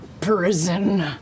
prison